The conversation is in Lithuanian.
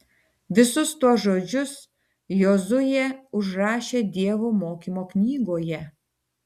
visus tuos žodžius jozuė užrašė dievo mokymo knygoje